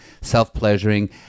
self-pleasuring